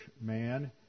man